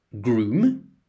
groom